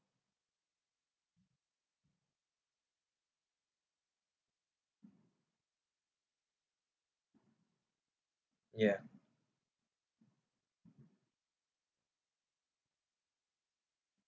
ya